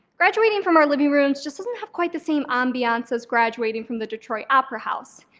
graduating from our living rooms just doesn't have quite the same ambience as graduating from the detroit opera house.